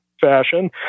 fashion